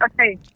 Okay